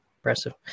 impressive